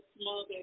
small